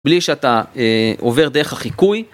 בלי שאתה עובר דרך החיקוי.